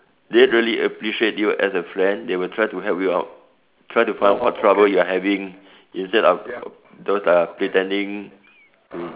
they really appreciate you as a friend they will try to help you out try to find out what trouble you're having instead of those that are pretending